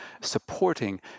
supporting